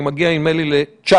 אני מגיע נדמה לי ל-9,000.